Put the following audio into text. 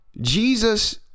Jesus